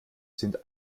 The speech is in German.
sind